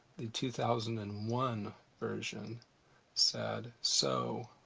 the two thousand and one version said, so